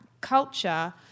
culture